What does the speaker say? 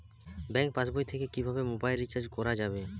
Bank পাশবই থেকে কিভাবে মোবাইল রিচার্জ করা যাবে?